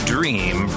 Dream